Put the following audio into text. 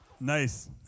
Nice